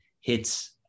hits